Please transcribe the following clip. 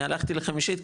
אני הלכתי לשנה החמישית,